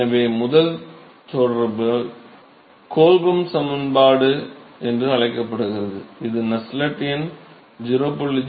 எனவே முதல் தொடர்பு கோல்பம் சமன்பாடு என்று அழைக்கப்படுகிறது அங்கு நஸ்ஸெல்ட் எண் 0